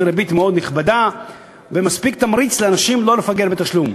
זו ריבית מאוד נכבדה ותמריץ מספק לאנשים כדי שלא לפגר בתשלום.